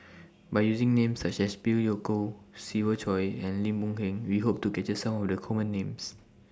By using Names such as Phey Yew Kok Siva Choy and Lim Boon Heng We Hope to capture Some of The Common Names